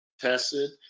tested